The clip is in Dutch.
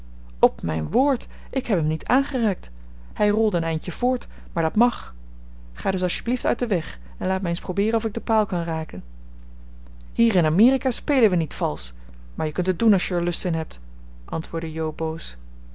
op mijn woord ik heb hem niet aangeraakt hij rolde een eindje voort maar dat mag ga dus als t je blieft uit den weg en laat mij eens probeeren of ik den paal kan raken hier in amerika spelen we niet valsch maar je kunt het doen als je er lust in hebt antwoordde jo boos